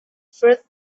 first